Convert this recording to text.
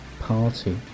party